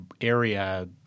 area